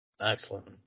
Excellent